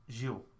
Gil